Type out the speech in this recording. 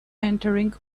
entering